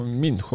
min